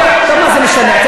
מה זה משנה?